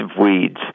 weeds